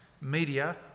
media